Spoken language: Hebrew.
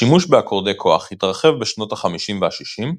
השימוש באקורדי כוח התרחב בשנות החמישים והשישים,